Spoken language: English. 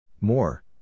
More